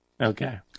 Okay